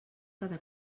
cada